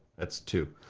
that's two,